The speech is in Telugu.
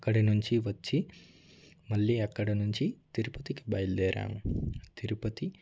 అక్కడ నుంచి వచ్చి మళ్ళీ అక్కడ నుంచి తిరుపతికి బయలుదేరాము తిరుపతి